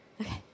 Okay